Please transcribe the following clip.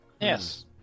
Yes